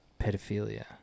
pedophilia